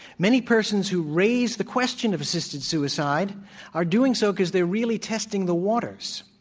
many persons who raise the question of assisted suicide are doing so because they're really testing the waters.